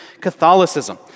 Catholicism